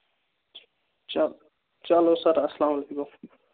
چلو چلو سَر اَسلامُ علیکُم